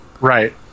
Right